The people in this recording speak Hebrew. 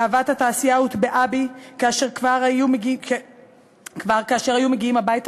אהבת התעשייה הוטבעה בי כבר כאשר היו מגיעים הביתה